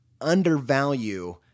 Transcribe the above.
undervalue